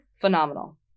phenomenal